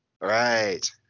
Right